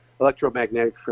electromagnetic